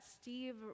Steve